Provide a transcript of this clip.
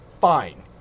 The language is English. Fine